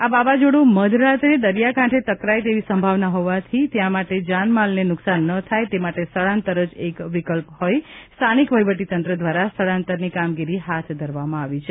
આ વાવાઝોડ઼ં મધરાત્રે દરિયાકાંઠે ટકરાય એવી સંભાવના હોવાથી માટે ત્યાં જાન માલને નુકસાન ન થાય એ માટે સ્થળાંતર જ એક વિકલ્પ હોઈ સ્થાનિક વહિવટી તંત્ર દ્વારા સ્થળાંતરની કામગીરી હાથ ધરવામાં આવી રહી છે